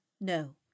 no